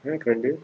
ah keranda